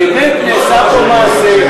באמת נעשה פה מעשה.